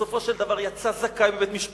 בסופו של דבר יצא זכאי בבית-המשפט.